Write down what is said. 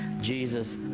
Jesus